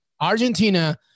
Argentina